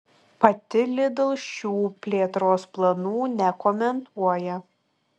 pati lidl šių plėtros planų nekomentuoja